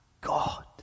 God